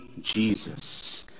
Jesus